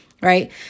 right